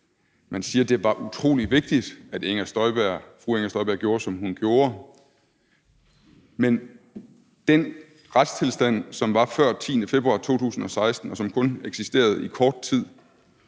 man siger, at det var utrolig vigtigt, at fru Inger Støjberg gjorde, som hun gjorde. Men den retstilstand, som var før den 10. februar 2016, og som kun eksisterede i kort tid,